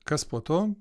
kas po to